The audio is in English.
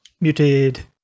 Muted